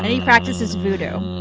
and he practices voodoo.